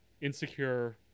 Insecure